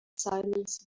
silence